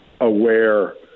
aware